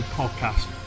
podcast